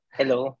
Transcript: hello